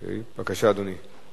בבקשה, אדוני.